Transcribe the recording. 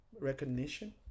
recognition